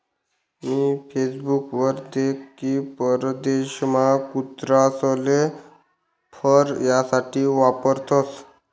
मी Facebook वर देख की परदेशमा कुत्रासले फर यासाठे वापरतसं